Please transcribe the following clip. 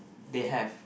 they have